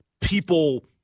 people